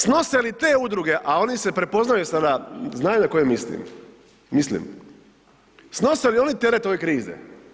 Snose li te udruge, a oni se prepoznaju sada, znaju na koje mislim, mislim, snose li oni teret ove krize?